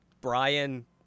Brian